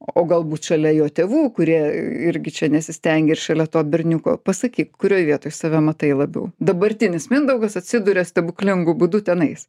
o galbūt šalia jo tėvų kurie irgi čia nesistengia ir šalia to berniuko pasakyk kurioj vietoj save matai labiau dabartinis mindaugas atsiduria stebuklingu būdu tenais